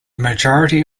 majority